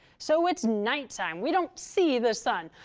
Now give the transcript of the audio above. so it's nighttime, we don't see the sun.